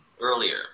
earlier